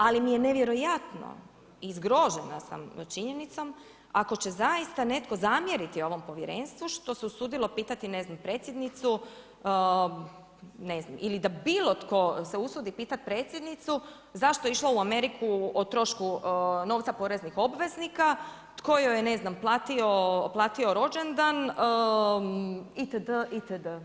Ali mi je nevjerojatno i zgrožena sam činjenicom ako će zaista netko zamjeriti ovom povjerenstvu što se usudilo pitati ne znam predsjednicu ili da bilo tko se usudi pitati predsjednicu zašto je išla u Ameriku o trošku novca poreznih obveznika, tko joj je ne znam platio rođendan itd. itd.